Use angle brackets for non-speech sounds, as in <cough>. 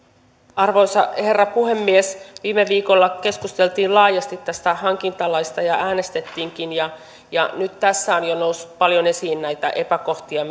arvoisa herra puhemies viime viikolla keskusteltiin laajasti tästä hankintalaista ja äänestettiinkin ja ja nyt tässä on jo noussut paljon esiin näitä epäkohtia <unintelligible>